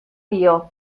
dio